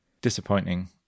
disappointing